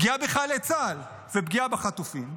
פגיעה בחיילי צה"ל ופגיעה בחטופים,